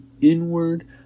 inward